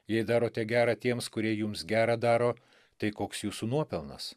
jei darote gera tiems kurie jums gera daro tai koks jūsų nuopelnas